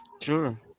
sure